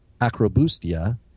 acrobustia